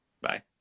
Bye